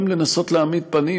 לנסות להעמיד פנים,